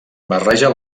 barreja